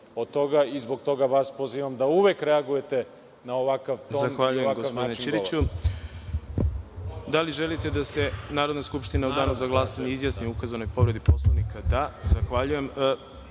i zbog toga vas pozivam da uvek reagujete na ovakav ton i ovakav način govora.